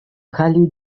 халӗ